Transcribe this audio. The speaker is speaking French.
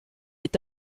est